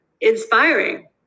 inspiring